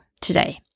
today